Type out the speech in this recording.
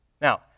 Now